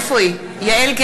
בעד אבי דיכטר,